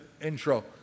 intro